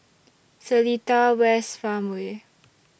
Seletar West Farmway